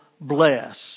bless